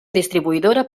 distribuïdora